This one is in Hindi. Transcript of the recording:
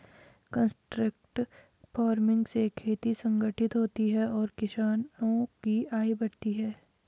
कॉन्ट्रैक्ट फार्मिंग से खेती संगठित होती है और किसानों की आय बढ़ती है